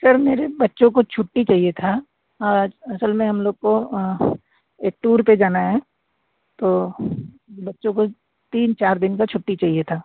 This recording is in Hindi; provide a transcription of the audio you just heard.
सर मेरे बच्चों को छुट्टी चाहिए था आज असल में हम लोग को एक टूर पर जाना है तो बच्चों को तीन चार दिन की छुट्टी चाहिए था